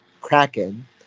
Kraken